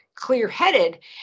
clear-headed